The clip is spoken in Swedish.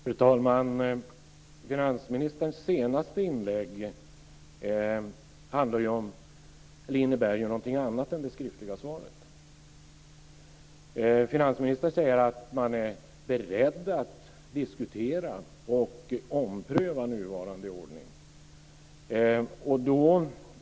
Fru talman! Finansministerns senaste inlägg innebär ju någonting annat än det skriftliga svaret. Finansministern säger att man är beredd att diskutera och ompröva nuvarande ordning.